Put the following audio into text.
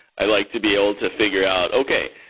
i like to be able to figure out, okay.